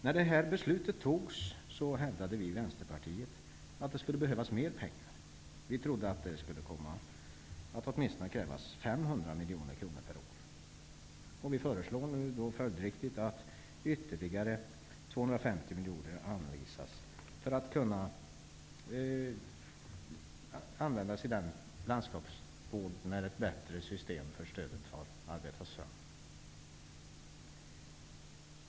När detta beslut fattades hävdade vi i Vänsterpartiet att det skulle behövas mer pengar. Vi trodde att det skulle komma att krävas åtminstone 500 miljoner kronor per år. Följdriktigt föreslår vi nu att ytterligare 250 miljoner anvisas för landskapsvård tills ett bättre system för stödet har arbetats fram.